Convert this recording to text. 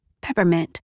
peppermint